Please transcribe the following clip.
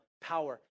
power